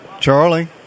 Charlie